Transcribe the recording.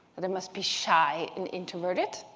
that i must be shy and introverted?